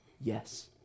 Yes